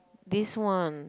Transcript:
this one